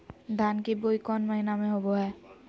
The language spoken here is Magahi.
धान की बोई कौन महीना में होबो हाय?